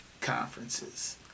Conferences